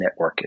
networking